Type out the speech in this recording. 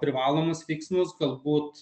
privalomus veiksnius galbūt